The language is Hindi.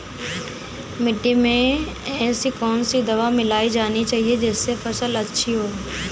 मिट्टी में ऐसी कौन सी दवा मिलाई जानी चाहिए जिससे फसल अच्छी हो?